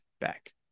back